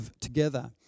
together